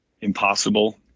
impossible